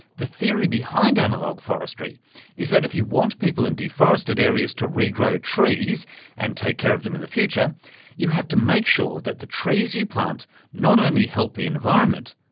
the theory behind analogue forestry is that if you want people in deforested areas to regrow trees and take care of them in the future you have to make sure that the trees you plant not only help the environment,